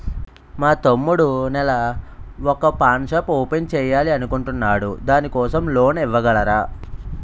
మా తమ్ముడు నెల వొక పాన్ షాప్ ఓపెన్ చేయాలి అనుకుంటునాడు దాని కోసం లోన్ ఇవగలరా?